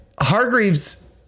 Hargreaves